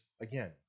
again